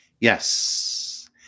Yes